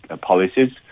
policies